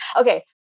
Okay